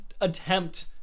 attempt